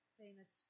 famous